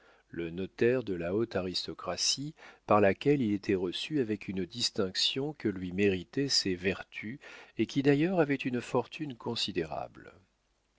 le notaire de la haute aristocratie par laquelle il était reçu avec une distinction que lui méritaient ses vertus et qui d'ailleurs avait une fortune considérable